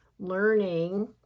learning